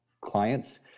clients